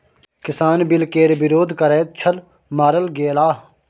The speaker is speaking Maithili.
किसान बिल केर विरोध करैत छल मारल गेलाह